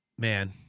man